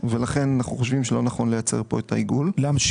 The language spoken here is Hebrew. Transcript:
לא להתייחס